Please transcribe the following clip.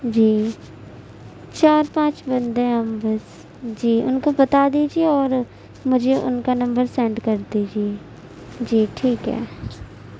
جی چار پانچ بندے ہیں ہم بس جی ان کو بتا دیجیے اور مجھے ان کا نمبر سینڈ کر دیجیے جی ٹھیک ہے